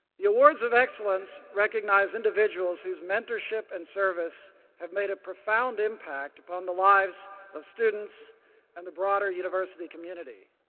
the awards of excellence recognize individuals whose mentorship and service have made a profound impact on the lives of students and the broader university community.